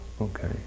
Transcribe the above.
Okay